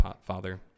Father